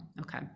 okay